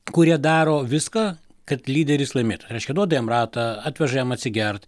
kurie daro viską kad lyderis laimėtų reiškia duoda jam ratą atveža jam atsigert